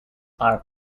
are